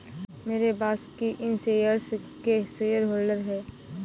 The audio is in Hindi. मेरे बॉस ही इन शेयर्स के शेयरहोल्डर हैं